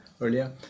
earlier